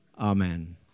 Amen